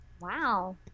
Wow